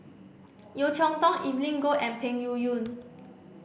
Yeo Cheow Tong Evelyn Goh and Peng Yuyun